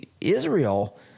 Israel